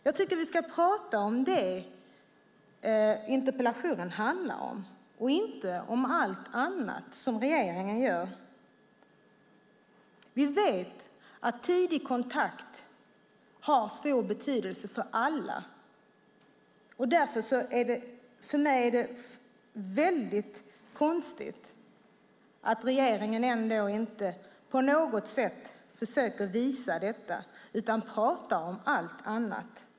Jag tycker att vi ska tala om det interpellationen handlar om och inte om allt annat regeringen gör. Vi vet att tidig kontakt har stor betydelse för alla. Därför är det för mig väldigt konstigt att regeringen inte på något sätt försöker visa detta utan talar om allt annat.